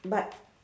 but